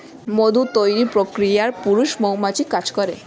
মধু তৈরির প্রক্রিয়ায় পুরুষ মৌমাছি কাজ করে